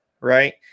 right